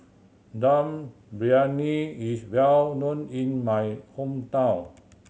Dum Briyani is well known in my hometown